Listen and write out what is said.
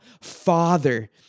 Father